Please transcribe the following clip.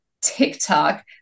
TikTok